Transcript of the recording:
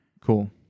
Cool